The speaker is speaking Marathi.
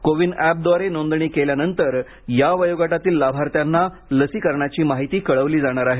कोवीन अँपद्वारे नोंदणी केल्यानंतर या वयोगटातील लाभार्थ्यांना लसीकरणाची माहिती कळवली जाणार आहे